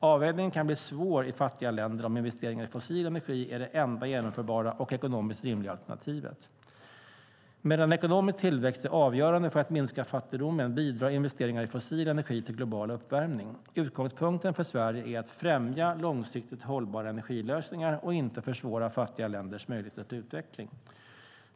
Avvägningen kan bli svår i fattiga länder om investeringar i fossil energi är det enda genomförbara och ekonomiskt rimliga alternativet. Medan ekonomisk tillväxt är avgörande för att minska fattigdomen bidrar investeringar i fossil energi till global uppvärmning. Utgångspunkten för Sverige är att främja långsiktigt hållbara energilösningar och inte försvåra fattiga länders möjligheter till utveckling.